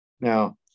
Now